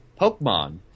Pokemon